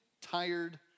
tired